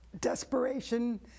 desperation